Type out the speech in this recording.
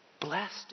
blessed